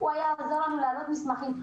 הוא היה עוזר לנו להעלות מסמכים.